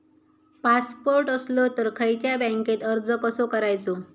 Passport असलो तर खयच्या बँकेत अर्ज कसो करायचो?